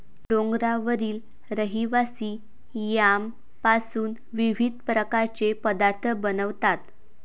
डोंगरावरील रहिवासी यामपासून विविध प्रकारचे पदार्थ बनवतात